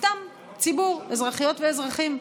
סתם ציבור, אזרחיות ואזרחים.